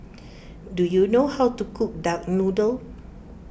do you know how to cook Duck Noodle